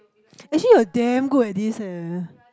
actually you're damn good at this eh